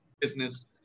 business